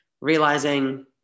realizing